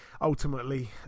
ultimately